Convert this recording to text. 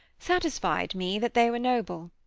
satisfied me that they were noble.